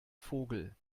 vogel